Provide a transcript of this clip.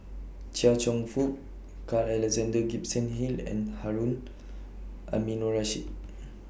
Chia Cheong Fook Carl Alexander Gibson Hill and Harun Aminurrashid